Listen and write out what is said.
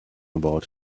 about